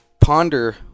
Ponder